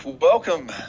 welcome